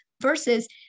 Versus